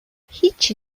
هیچی